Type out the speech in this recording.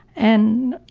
and,